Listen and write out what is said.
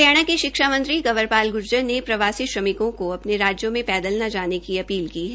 हरियाणा के शिक्षा मंत्री कंवर पाल ग्र्जर ने प्रवासी श्रमिकों को अपने राजयों में पैदाल न जाने की अपील की है